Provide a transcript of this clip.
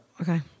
okay